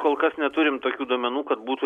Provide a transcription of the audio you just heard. kol kas neturim tokių duomenų kad būtų